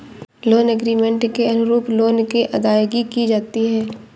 loan agreement के अनुरूप loan की अदायगी की जाती है